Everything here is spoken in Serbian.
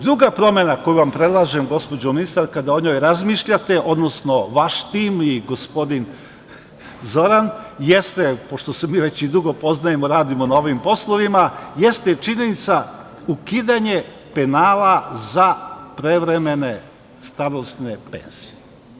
Druga promena koju vam predlažem, gospođo ministarka, da o njoj razmišljate, odnosno vaš tim i gospodin Zoran, pošto se mi već dugo poznajemo, radimo na ovim poslovima, jeste činjenica ukidanje penala za prevremene starosne penzije.